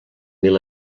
mil